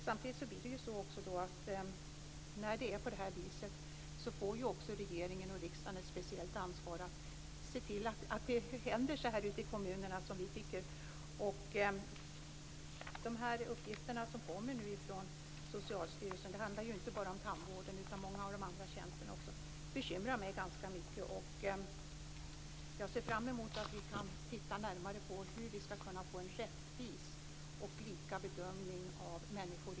Samtidigt blir det så, när det är på det här viset, att regeringen och riksdagen också får ett speciellt ansvar för att se till att det ute i kommunerna blir som vi tycker. De uppgifter som nu kommer från Socialstyrelsen bekymrar mig ganska mycket. Det handlar ju inte bara om tandvården, utan om många av de andra tjänsterna också. Jag ser fram emot att vi kan titta närmare på hur vi skall kunna få en rättvis och lika bedömning av människor i svåra situationer, de som behöver vända sig till socialtjänsten.